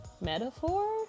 Metaphor